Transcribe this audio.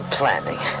planning